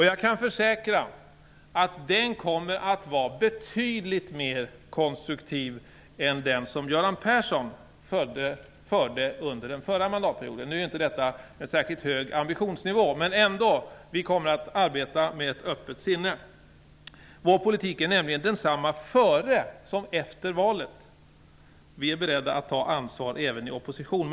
Jag kan försäkra att den kommer att vara betydligt mer konstruktiv än den som Göran Persson förde under den förra mandatperioden. Nu är ju inte detta en särskilt hög ambitionsnivå. Men vi kommer att arbeta med ett öppet sinne. Vår politik är nämligen densamma före som efter valet. Vi är beredda att ta ansvar även i opposition.